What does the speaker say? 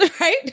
right